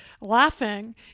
Laughing